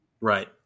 Right